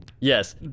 yes